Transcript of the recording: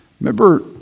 Remember